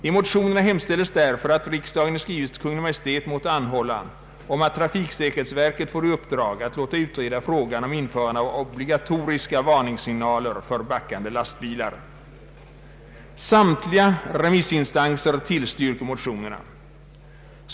I motionerna hemställs därför att riksdagen i skrivelse till Kungl. Maj:t måtte anhålla om att trafiksäkerhetsverket får i uppdrag att utreda frågan om att införa obligatoriska varningssignaler för backande lastbilar. Samtliga remissinstanser tillstyrker motionerna.